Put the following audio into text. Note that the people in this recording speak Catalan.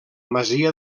masia